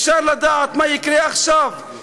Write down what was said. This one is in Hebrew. אפשר לדעת מה יקרה עכשיו,